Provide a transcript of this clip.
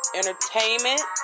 entertainment